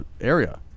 area